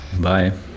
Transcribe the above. Bye